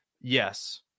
Yes